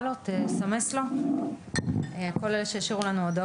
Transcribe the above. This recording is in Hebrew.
סביב השולחן גם להעלות את הנושאים שלו.